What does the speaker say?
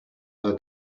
her